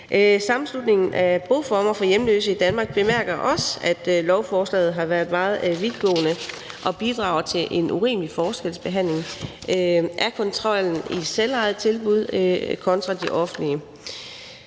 Sammenslutningen af Boformer for Hjemløse i Danmark bemærker også, at lovforslaget har været meget vidtgående og bidrager til en urimelig forskelsbehandling af kontrollen i selvejende tilbud kontra de offentlige.